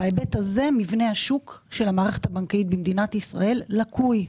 בהיבט הזה מבנה השוק של המערכת הבנקאית במדינת ישראל לקוי.